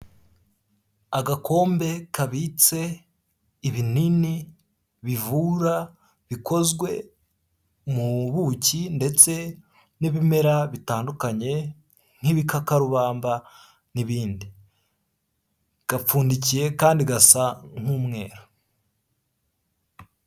Agakombe kabitse ibinini bivura bikozwe mu buki ndetse n'ibimera bitandukanye nk'ibikakarubamba n'ibindi gapfundikiye kandi gasa nk'umweru.